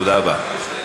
תודה רבה.